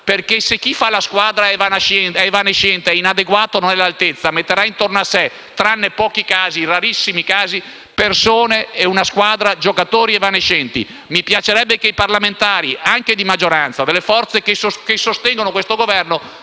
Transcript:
se chi fa la squadra è evanescente, inadeguato e non all'altezza, metterà intorno a sé, tranne pochi, rarissimi casi, una squadra composta da giocatori evanescenti. Mi piacerebbe che i parlamentari, anche di maggioranza, delle forze che sostengono questo Governo